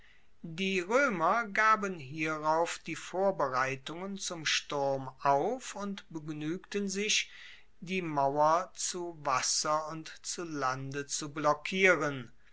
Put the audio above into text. die roemer gaben hierauf die vorbereitungen zum sturm auf und begnuegten sich die mauer zu wasser und zu lande zu blockieren